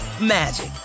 magic